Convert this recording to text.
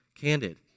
candid